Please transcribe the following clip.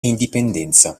indipendenza